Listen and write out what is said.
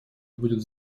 будет